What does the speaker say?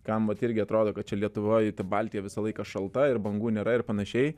kam vat irgi atrodo kad čia lietuvoj ta baltija visą laiką šalta ir bangų nėra ir panašiai